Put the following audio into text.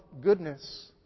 goodness